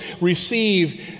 receive